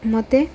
ମୋତେ